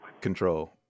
control